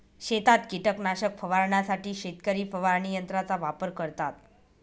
शेतात कीटकनाशक फवारण्यासाठी शेतकरी फवारणी यंत्राचा वापर करतात